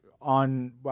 on